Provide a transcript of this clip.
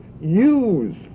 use